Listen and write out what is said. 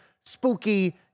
spooky